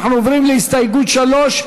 אנחנו עוברים להסתייגות 3,